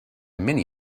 mini